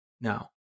Now